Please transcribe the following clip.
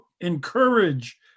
encourage